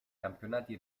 campionati